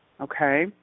okay